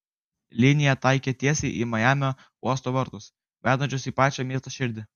linija taikė tiesiai į majamio uosto vartus vedančius į pačią miesto širdį